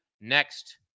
next